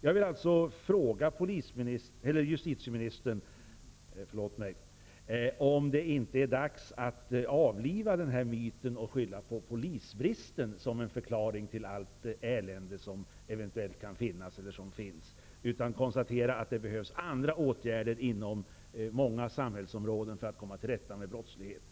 Jag vill fråga justitieministern: Är det inte dags att avliva myten om polisbristen som en förklaring till allt elände och i stället konstatera att det behövs andra åtgärder inom många samhällsområden för att vi skall komma till rätta med brottsligheten?